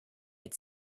had